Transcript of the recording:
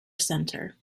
center